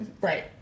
right